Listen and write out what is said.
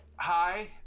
Hi